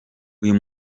uyu